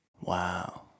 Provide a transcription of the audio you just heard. Wow